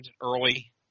early